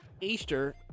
Easter